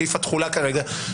סעיף התחולה כרגע,